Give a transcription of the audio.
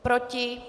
Proti?